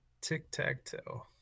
Tic-tac-toe